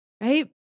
right